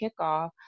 kickoff